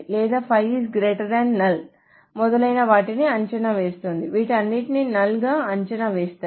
లేదా 5 నల్ మొదలైన వాటిని అంచనా వేస్తుంది వీటన్నింటినీ null గా అంచనా వేస్తాయి